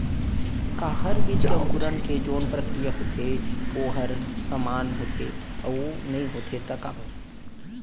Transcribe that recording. का हर बीज के अंकुरण के जोन प्रक्रिया होथे वोकर ह समान होथे, अऊ नहीं होथे ता काबर?